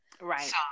Right